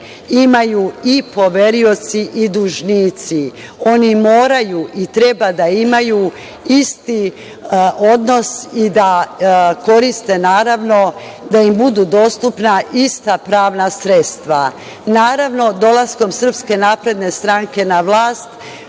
imaju i poverioci i dužnici. Oni moraju i treba da imaju isti odnos i da koriste i da im budu dostupna ista pravna sredstva. Naravno, dolaskom SNS na vlast